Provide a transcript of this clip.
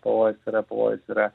pavojus yra pavojus yra